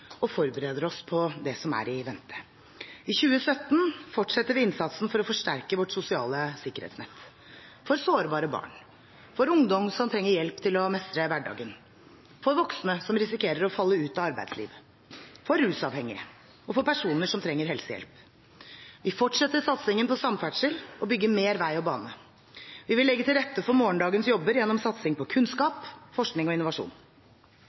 og forbereder oss på det som er i vente. I 2017 fortsetter vi innsatsen for å forsterke vårt sosiale sikkerhetsnett – for sårbare barn, for ungdom som trenger hjelp til å mestre hverdagen, for voksne som risikerer å falle ut av arbeidslivet, for rusavhengige og for personer som trenger helsehjelp. Vi fortsetter satsingen på samferdsel og bygger mer vei og bane. Vi vil legge til rette for morgendagens jobber gjennom satsing på kunnskap, forskning og innovasjon.